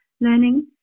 learning